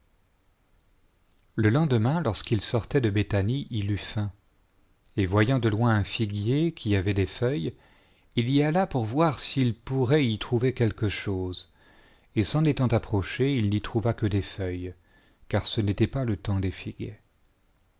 le lendemain lorsqu'ils sortaient de béthanie il eut faim et voyant de loin un figuier qui avait des feuilles il y alla pour voir s'il pourrait y trouver quelque chose et s'en étant approché il n'y trouva que des feuilles car ce n'était pas le temps des figues